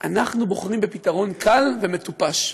אנחנו בוחרים בפתרון קל ומטופש.